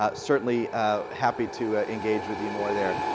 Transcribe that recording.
ah certainly ah happy to engage with you more there.